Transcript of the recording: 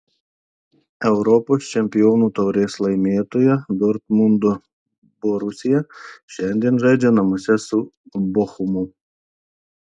europos čempionų taurės laimėtoja dortmundo borusija šiandien žaidžia namuose su bochumu